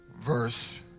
verse